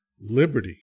liberty